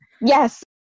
Yes